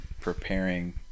preparing